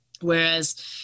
whereas